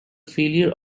failure